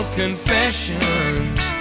confessions